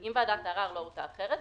אם ועדת הערר לא הורתה אחרת,